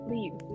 Leave